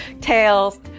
Tails